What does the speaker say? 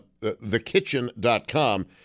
thekitchen.com